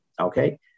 Okay